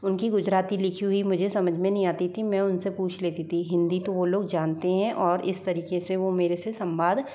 उनकी गुजराती लिखी हुई मुझे समझ में नहीं आती थी मैं उनसे पूछ लेती थी हिंदी तो वो लोग जानते हैं और इस तरीके से वो मेरे से संवाद